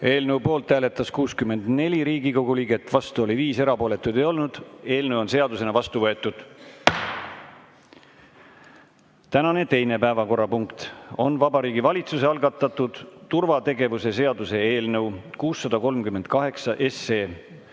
Eelnõu poolt hääletas 64 Riigikogu liiget, vastu oli 5, erapooletuid ei olnud. Eelnõu on seadusena vastu võetud. Tänane teine päevakorrapunkt on Vabariigi Valitsuse algatatud turvategevuse seaduse eelnõu 638